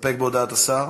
מסתפק בהודעת השר?